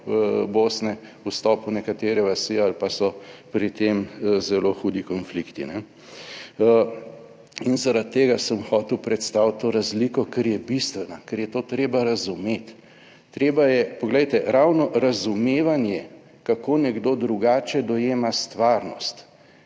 Bosne vstop v nekatere vasi ali pa so pri tem zelo hudi konflikti, in zaradi tega sem hotel predstaviti to razliko, ker je bistvena, ker je to treba razumeti. Treba je, poglejte, ravno razumevanje, kako nekdo drugače dojema stvarnost,